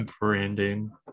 Branding